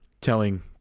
telling